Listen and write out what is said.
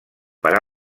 per